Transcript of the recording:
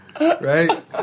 Right